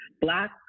black